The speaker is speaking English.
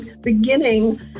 beginning